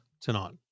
tonight